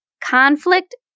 conflict